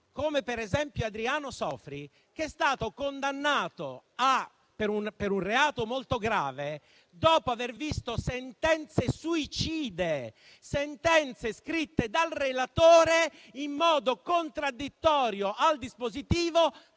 paese persone, come Adriano Sofri, che è stato condannato, per un reato molto grave, dopo aver visto sentenze suicide, sentenze scritte dal relatore in modo contraddittorio al dispositivo,